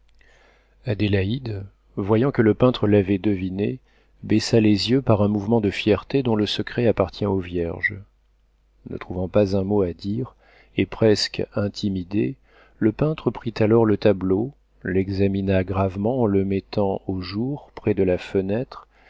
adélaïde voyant que le peintre l'avait devinée baissa les yeux par un mouvement de fierté dont le secret appartient aux vierges ne trouvant pas un mot à dire et presque intimidé le peintre prit alors le tableau l'examina gravement en le mettant au jour près de la fenêtre